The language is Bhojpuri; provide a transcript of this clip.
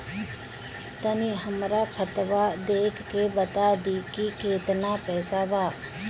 तनी हमर खतबा देख के बता दी की केतना पैसा बा?